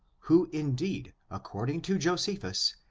who, indeed, according to josephus,